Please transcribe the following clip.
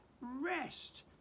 rest